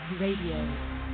Radio